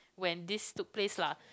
when this took place lah